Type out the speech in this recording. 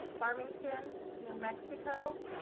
farmington, new mexico,